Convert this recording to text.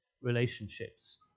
relationships